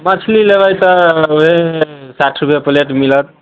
मछली लेबै तऽ साठि रूपए प्लेट मिलत